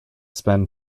spend